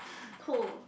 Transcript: cool